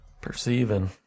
Perceiving